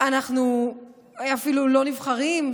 אנחנו אפילו לא נבחרים,